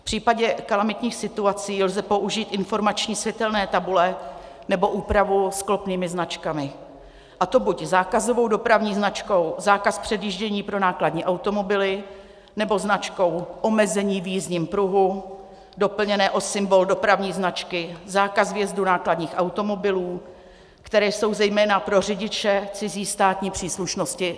V případě kalamitních situací lze použít informační světelné tabule nebo úpravu sklopnými značkami, a to buď zákazovou dopravní značkou zákaz předjíždění pro nákladní automobily, nebo značkou omezení v jízdním pruhu, doplněné o symbol dopravní značky zákaz vjezdu nákladních automobilů, které jsou zejména pro řidiče cizí státní příslušnosti srozumitelnější.